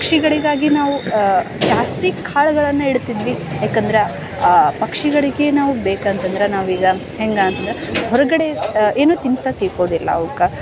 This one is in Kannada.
ಪಕ್ಷಿಗಳಿಗಾಗಿ ನಾವು ಜಾಸ್ತಿ ಕಾಳುಗಳನ್ನ ಇಡ್ತಿದ್ವಿ ಯಾಕಂದ್ರೆ ಪಕ್ಷಿಗಳಿಗೆ ನಾವು ಬೇಕಂತಂದ್ರೆ ನಾವು ಈಗ ಹೆಂಗೆ ಅಂತಂದ್ರೆ ಹೊರಗಡೆ ಏನು ತಿನ್ಸೋಕೆ ಸಿಕ್ಕುವುದಿಲ್ಲ ಅವಕ್ಕೆ